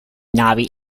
navi